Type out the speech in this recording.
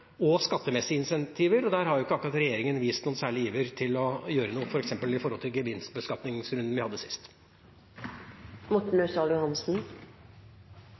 og skattemessige incentiver, og der har ikke akkurat regjeringa vist noen særlig iver etter å gjøre noe, f.eks. i den gevinstbeskatningsrunden vi hadde